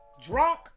drunk